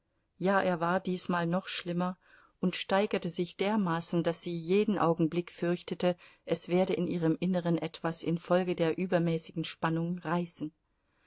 ja er war diesmal noch schlimmer und steigerte sich dermaßen daß sie jeden augenblick fürchtete es werde in ihrem inneren etwas infolge der übermäßigen spannung reißen